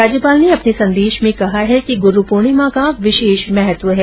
राज्यपाल ने अपने संदेश में कहा है कि गुरू पूर्णिमा का विशेष महत्व है